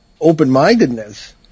open-mindedness